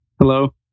hello